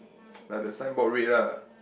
like the sign board red lah